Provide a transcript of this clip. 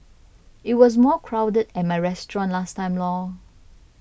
it was more crowded at my restaurant last time lor